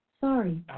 Sorry